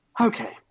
Okay